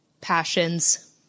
passions